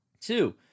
Two